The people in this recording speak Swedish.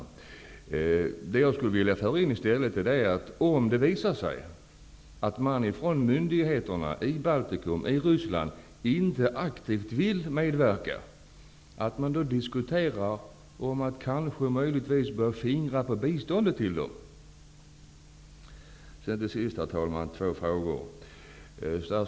Jag skulle i stället vilja föra in i debatten möjligheten att ''fingra'' på biståndet till Baltikum och Ryssland, om det visar sig att myndigheterna i dessa länder inte aktivt vill medverka till en lösning av problemet. Herr talman! Jag har slutligen två frågor att ställa.